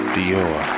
Dior